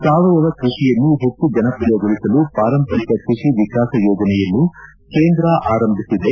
ಸಾವಯವ ಕೃಷಿಯನ್ನು ಹೆಚ್ಚು ಜನಪ್ರಿಯಗೊಳಿಸಲು ಪಾರಂಪರಿಕ ಕೃಷಿ ವಿಕಾಸ ಯೋಜನೆಯನ್ನು ಕೇಂದ್ರ ಆರಂಭಿಸಿದೆ